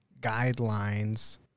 guidelines